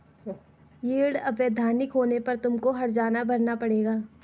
yield अवैधानिक होने पर तुमको हरजाना भरना पड़ेगा